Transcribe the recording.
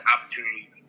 opportunity